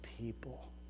people